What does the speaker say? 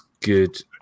good